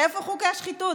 איפה חוקי השחיתות?